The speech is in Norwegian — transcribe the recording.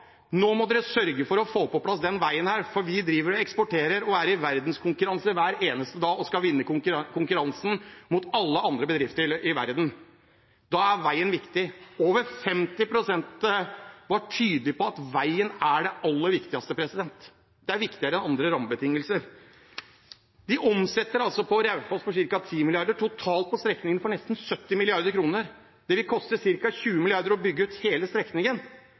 nå må sørge for å få på plass denne veien fordi de driver og eksporterer og er i verdenskonkurranse hver eneste dag og skal vinne konkurransen mot alle andre bedrifter i verden. Da er veien viktig. Over 50 pst. var tydelige på at veien er det aller viktigste, den er viktigere enn andre rammebetingelser. På Raufoss omsetter de for ca. 10 mrd. kr, totalt på strekningen for nesten 70 mrd. kr. Det vil koste ca. 20 mrd. kr å bygge ut hele strekningen,